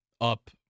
up